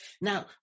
Now